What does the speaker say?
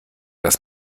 dass